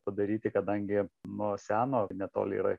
padaryti kadangi nuo seno netoli yra